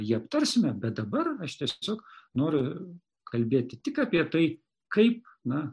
jį aptarsime bet dabar aš tiesiog noriu kalbėti tik apie tai kaip na